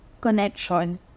connection